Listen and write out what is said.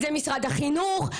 זה משרד החינוך.